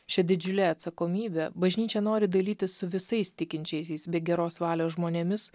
šia didžiule atsakomybe bažnyčia nori dalytis su visais tikinčiaisiais bei geros valios žmonėmis